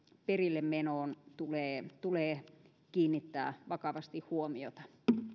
perillemenoon tulee tulee kiinnittää vakavasti huomiota